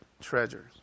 treasures